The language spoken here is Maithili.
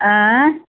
अँइ